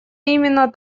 именно